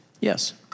Yes